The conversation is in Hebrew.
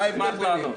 מה ההבדל ביניהם?